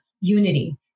unity